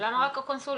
למה רק הקונסוליה?